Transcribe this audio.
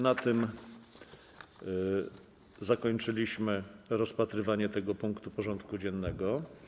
Na tym zakończyliśmy rozpatrywanie tego punktu porządku dziennego.